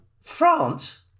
France